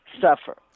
suffer